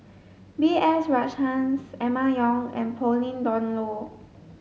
B S Rajhans Emma Yong and Pauline Dawn Loh